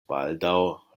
baldaŭ